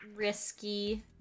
Risky